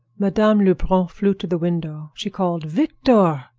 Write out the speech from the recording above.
madame lebrun flew to the window. she called victor!